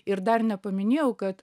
ir dar nepaminėjau kad